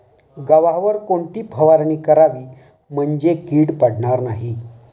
गव्हावर कोणती फवारणी करावी म्हणजे कीड पडणार नाही?